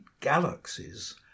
galaxies